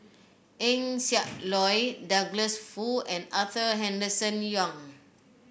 Eng Siak Loy Douglas Foo and Arthur Henderson Young